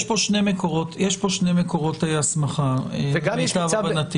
יש פה שני מקורות הסמכה למיטב הבנתי.